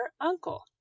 uncle